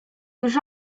już